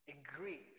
agrees